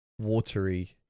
watery